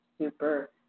super